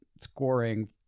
scoring